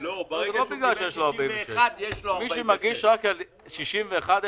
לא בגלל שיש לו אישור לעניין סעיף 46. מי שמגיש בקשה רק לעניין סעיף 61,